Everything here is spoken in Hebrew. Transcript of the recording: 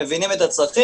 מבינים את הצרכים,